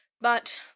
But